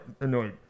annoyed